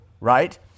right